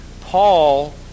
Paul